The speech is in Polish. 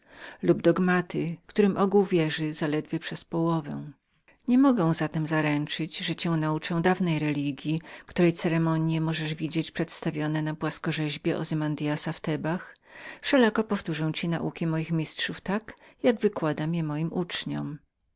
lub dogmata którym ogół wierzy zaledwie przez połowę nie mogę zatem zaręczyć że cię nauczę dawnej religji której uroczyste obchody możesz widzieć przedstawione na płaskorzeźbach ozymandysa w tebach wszelako powtórzę ci nauki moich mistrzów tak jako wykładam je moim uczniom